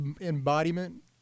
embodiment